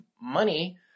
money